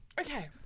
Okay